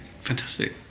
fantastic